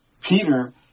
Peter